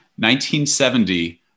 1970